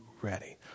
ready